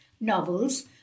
novels